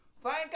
Thank